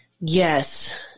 Yes